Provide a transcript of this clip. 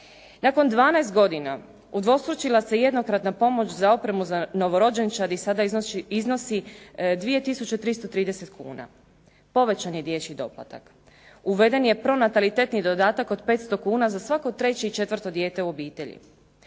Nakon 12 godina udvostručila se jednokratna pomoć za opremu za novorođenčad i sada iznosi 2330 kuna, povećan je dječji doplatak, uveden je pronatalitetni dodatak od 500 kuna za svako 3. i 4. dijete u obitelji,